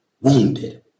wounded